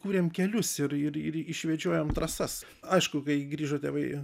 kūrėm kelius ir ir ir išvedžiojom trasas aišku kai grįžo tėvai